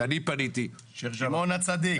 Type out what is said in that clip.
שמעון הצדיק.